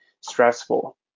stressful